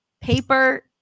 paper